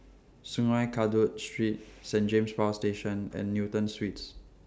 Sungei Kadut Street Saint James Power Station and Newton Suites